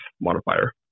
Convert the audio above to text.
modifier